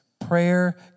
prayer